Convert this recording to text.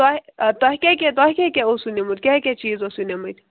تۄہہِ تۄہہِ کیٛاہ کیٛاہ تۄہہِ کیٛاہ کیٛاہ اوسوٕ نیٛوٗمُت کیٛاہ کیٛاہ چیٖز اوسوٕ نِمٕتۍ